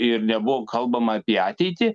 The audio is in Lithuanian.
ir nebuvo kalbama apie ateitį